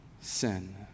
sin